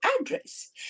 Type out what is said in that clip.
address